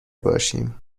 باشیم